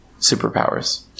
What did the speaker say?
superpowers